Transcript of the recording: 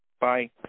Bye